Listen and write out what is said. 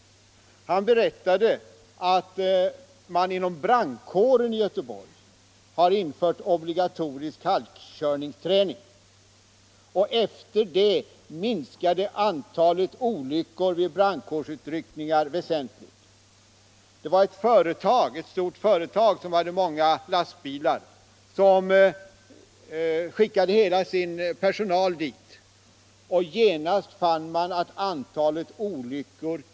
Denne berättade att man inom brandkåren i Göteborg har infört obligatorisk halkkörningsträning och att antalet olyckor vid brandkårsutryckningar efter detta väsentligt minskat. Ett stort lastbilsföretag lät hela sin personal träna halkkörning, och man kunde även i det fallet konstatera en kraftig minskning av antalet olyckor.